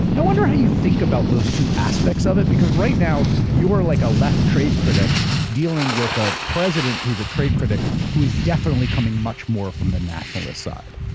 i wonder how you think about those two aspects of it because right now, you're like a left trade critic dealing with a president who's a trade critic, who is coming much more from the nationalist side.